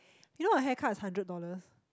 you know a haircut is hundred dollars